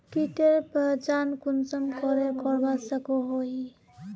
कीटेर पहचान कुंसम करे करवा सको ही?